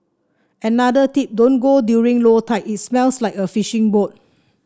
another tip don't go during low tide it smells like a fishing boat